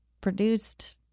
produced